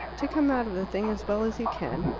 to come out of the thing as well as you can!